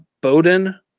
Bowden